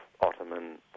Ottoman